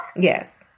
yes